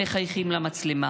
מחייכים למצלמה,